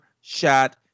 shot